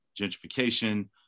gentrification